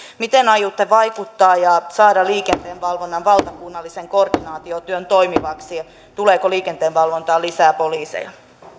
miten aiotte tähän vaikuttaa ja saada liikenteenvalvonnan valtakunnallisen koordinaatiotyön toimivaksi ja tuleeko liikenteenvalvontaan lisää poliiseja